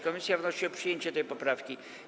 Komisja wnosi o przyjęcie tej poprawki.